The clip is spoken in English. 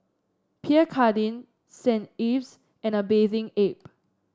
Pierre Cardin Saint Ives and A Bathing Ape